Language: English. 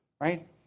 Right